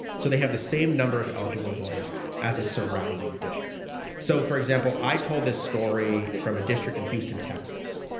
so they have the same number of eligible voters as a surrounding district. so, for example, i told this story from a district in houston, texas,